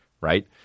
Right